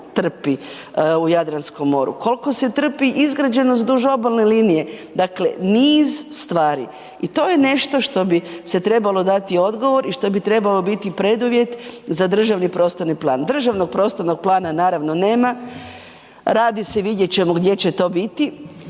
trpi u Jadranskom moru, koliko se trpi izgrađenost duž obalne linije. Dakle niz stvari. I to je nešto što bi se trebalo dati odgovor i što bi trebalo biti preduvjet za državni prostorni plan. Državnog prostornog plana naravno nema, radi se, vidjet ćemo gdje će to biti,